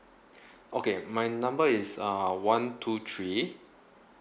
okay my number is uh one two three